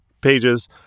pages